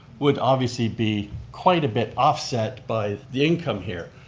would obviously be quite a bit offset by the income here.